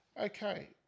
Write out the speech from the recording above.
Okay